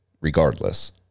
regardless